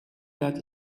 that